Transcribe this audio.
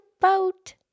boat